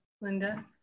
Linda